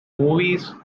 movies